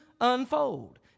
unfold